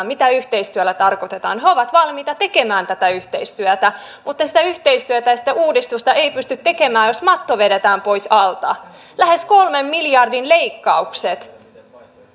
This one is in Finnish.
mitä yhteistyöllä tarkoitetaan he ovat valmiita tekemään tätä yhteistyötä mutta sitä yhteistyötä ja sitä uudistusta ei pysty tekemään jos matto vedetään pois alta lähes kolmen miljardin leikkaukset